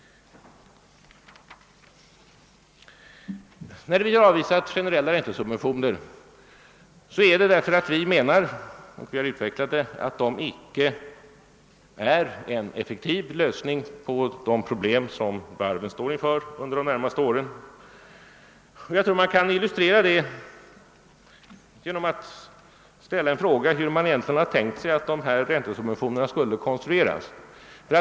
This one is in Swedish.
Vi har avvisat generella räntesubventioner därför att vi menar att de icke är en effektiv lösning på de problem som varven står inför under de närmaste åren. Jag tror att man kan illustrera det genom att ställa frågan: Hur skall sådana subventioner egentligen konstrueras?